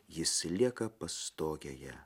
jis lieka pastogėje